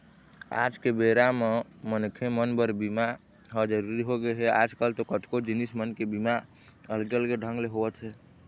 आज के बेरा म मनखे मन बर बीमा ह जरुरी होगे हे, आजकल तो कतको जिनिस मन के बीमा अलगे अलगे ढंग ले होवत हे